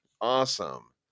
Awesome